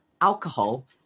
alcohol